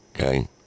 okay